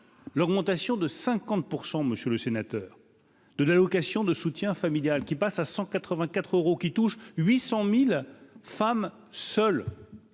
l'augmentation de 50 % monsieur le sénateur de l'allocation de soutien familial qui passe à 184 euros, qui touche 800000 femmes seules,